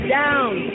down